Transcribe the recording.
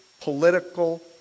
political